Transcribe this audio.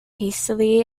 hastily